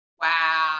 Wow